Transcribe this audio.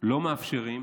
לא מאפשרים